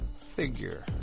figure